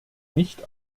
nicht